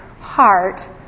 heart